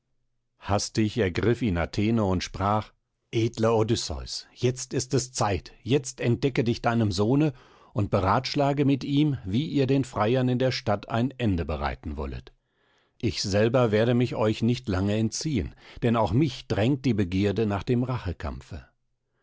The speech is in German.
hastig ergriff ihn athene und sprach edler odysseus jetzt ist es zeit jetzt entdecke dich deinem sohne und beratschlage mit ihm wie ihr den freiern in der stadt ihr ende bereiten wollet ich selber werde mich euch nicht lange entziehen denn auch mich drängt die begierde nach dem